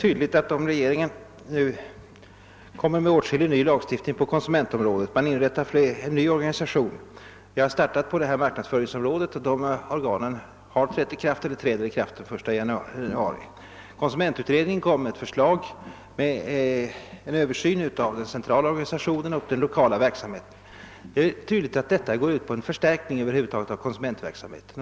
Herr talman! Det inrättas nya organ på marknadsföringsområdet som har trätt i verksamhet eller träder i verksamhet den 1 januari 1971. Konsumentutredningen föreslår en översyn av den centrala organisationen och den lokala verksamheten. Det är väl tydligt att allt detta syftar till att förstärka konsument verksamheten.